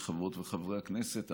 חברות וחברי הכנסת,